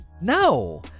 no